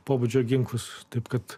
pobūdžio ginklus taip kad